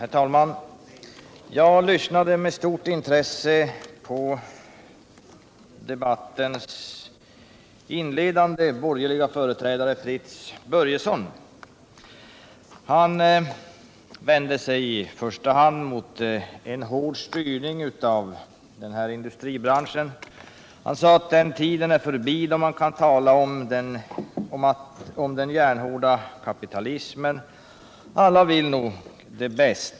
Herr talman! Jag lyssnade med stort intresse på debattens inledande borgerliga företrädare, Fritz Börjesson. Han vände sig i första hand mot en hård styrning av den här industribranschen. Han sade att den tiden är förbi då man kan tala om den järnhårda kapitalismen. Alla vill nog det bästa.